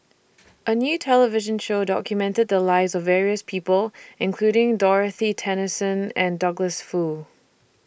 A New television Show documented The Lives of various People including Dorothy Tessensohn and Douglas Foo